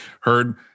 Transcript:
heard